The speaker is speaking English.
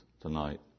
tonight